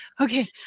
okay